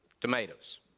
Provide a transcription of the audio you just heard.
Tomatoes